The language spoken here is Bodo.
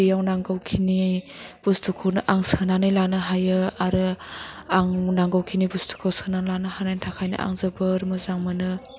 बेयाव नांगौ खिनि बुस्थुखौनो आं सोनानै लानो हायो आरो आं नांगौखिनि बुस्थुखौ सोना लानो हानायनि थाखायनो आं जोबोर मोजां मोनो